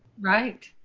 Right